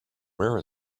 where